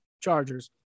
Chargers